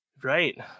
right